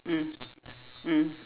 mm mm